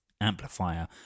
amplifier